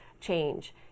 change